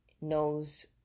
knows